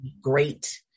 great